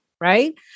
Right